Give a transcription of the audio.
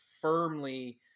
firmly